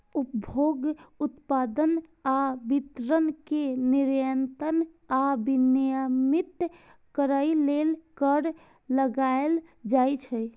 उपभोग, उत्पादन आ वितरण कें नियंत्रित आ विनियमित करै लेल कर लगाएल जाइ छै